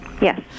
Yes